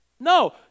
No